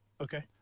Okay